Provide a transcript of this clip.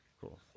cool